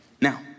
Now